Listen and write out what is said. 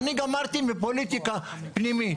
אני גמרתי עם פוליטיקה פנימית.